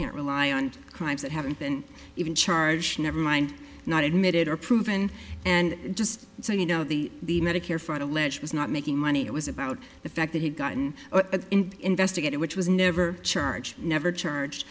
can't rely on crimes that haven't been even charged never mind not admitted or proven and just so you know the the medicare fraud alleged was not making money it was about the fact that he'd gotten investigated which was never charged never ch